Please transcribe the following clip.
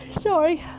Sorry